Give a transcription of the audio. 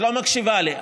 את לא מקשיבה לי.